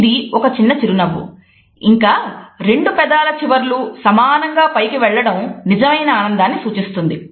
ఇది ఒక చిన్న చిరునవ్వు ఇంకా రెండు పెదాల చివర్లు సమానంగా పైకి వెళ్లడం నిజమైన ఆనందాన్ని సూచిస్తుంది